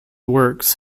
works